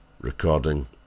recording